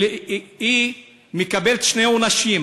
היא מקבלת שני עונשים,